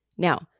Now